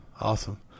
Awesome